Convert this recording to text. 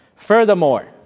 Furthermore